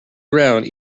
ground